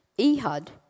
Ehud